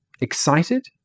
Excited